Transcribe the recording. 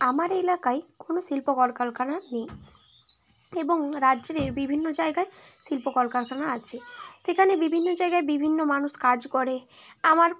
আমার এলাকায় কোনও শিল্প করকালখানা নেই এবং রাজ্যের এ বিভিন্ন জায়গায় শিল্প করকারখানা আছে সেখানে বিভিন্ন জায়গায় বিভিন্ন মানুষ কাজ করে আমার